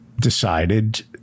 decided